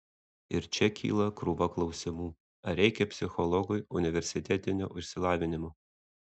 ir čia kyla krūva klausimų ar reikia psichologui universitetinio išsilavinimo